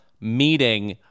meeting